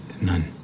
None